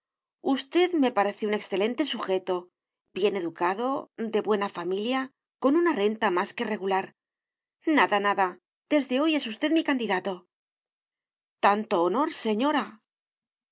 usted me parece un excelente sujeto bien educado de buena familia con una renta más que regular nada nada desde hoy es usted mi candidato tanto honor señora